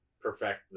perfect